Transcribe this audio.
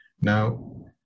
Now